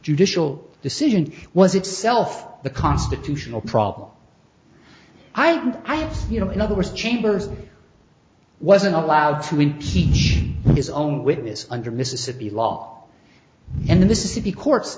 judicial decision was itself the constitutional problem i and i you know in other words chambers wasn't allowed to win each his own witness under mississippi law and the city court